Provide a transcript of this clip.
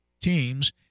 teams